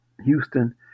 Houston